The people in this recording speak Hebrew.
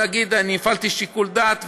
להגיד: אני הפעלתי שיקול דעת וכו'.